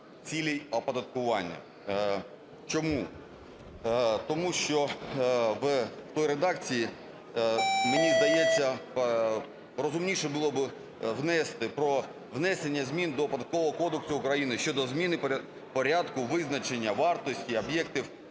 цілей оподаткування". Чому? Тому що в тій редакції, мені здається, розумніше було б внести: "Про внесення змін до Податкового кодексу України щодо зміни порядку визначення вартості об'єктів